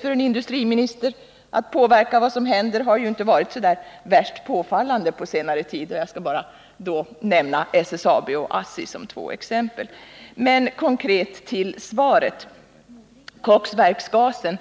för industriministern att påverka vad som händer har inte varit särskilt påfallande på senare tid. Jag nämner då bara SSAB och ASSI som två exempel. Men konkret till svaret och koksverksgasen.